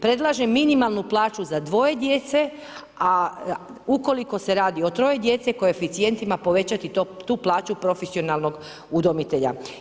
Predlažem minimalnu plaću za 2 djece, a ukoliko se radi o 3 djece, koeficijentima, povećati tu plaću profesionalnog udomitelja.